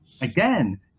Again